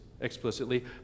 explicitly